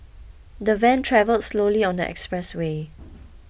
the van travelled slowly on the expressway